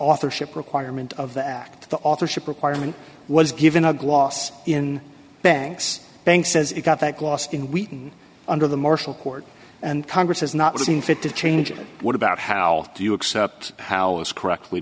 authorship requirement of the act the authorship requirement was given a gloss in banks banks says it got that lost in wheaton under the marshall court and congress has not seen fit to change it what about how do you accept how is correct we